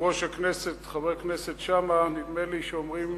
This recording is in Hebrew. יושב-ראש הכנסת, חבר הכנסת שאמה, נדמה לי שאומרים